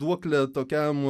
duoklė tokiam